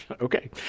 Okay